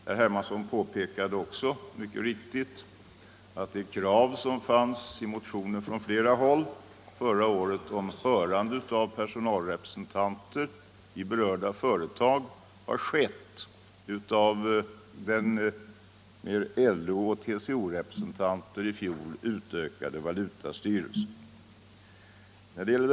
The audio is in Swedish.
Herr Hermansson påpekade också mycket riktigt, att de krav som fanns i motioner från flera håll förra året om hörandet av personalrepresentanter i berörda företag har uppfyllts av den med LO och TCO-representanter i fjol utökade valutastyrelsen.